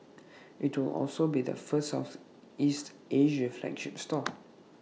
IT will also be the first Southeast Asia flagship store